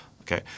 Okay